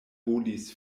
volis